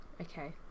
okay